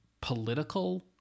political